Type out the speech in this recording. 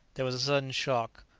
there was a sudden shock.